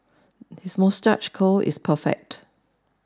his moustache is perfect